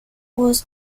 was